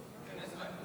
מישרקי, אנת